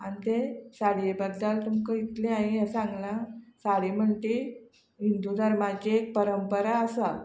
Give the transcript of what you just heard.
आनी ते साडये बद्दल तुमकां इतलें हांवें सांगलां साडी म्हणटा ती हिंदू धर्माची एक परंपरा आसा